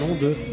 de